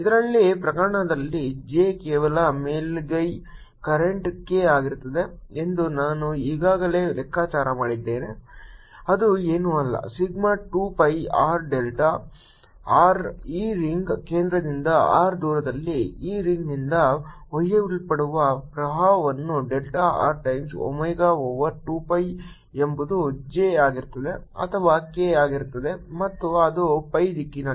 ಇದರಲ್ಲಿ ಪ್ರಕರಣದಲ್ಲಿ J ಕೇವಲ ಮೇಲ್ಮೈ ಕರೆಂಟ್ k ಆಗಿರುತ್ತದೆ ಎಂದು ನಾವು ಈಗಾಗಲೇ ಲೆಕ್ಕಾಚಾರ ಮಾಡಿದ್ದೇವೆ ಅದು ಏನೂ ಅಲ್ಲ sigma 2 pi r delta r ಈ ರಿಂಗ್ ಕೇಂದ್ರದಿಂದ r ದೂರದಲ್ಲಿ ಈ ರಿಂಗ್ ನಿಂದ ಒಯ್ಯಲ್ಪಡುವ ಪ್ರವಾಹವನ್ನು delta r times omega over 2 pi ಎಂಬುದು J ಆಗಿರುತ್ತದೆ ಅಥವಾ k ಆಗಿರುತ್ತದೆ ಮತ್ತು ಅದು phi ದಿಕ್ಕಿನಲ್ಲಿದೆ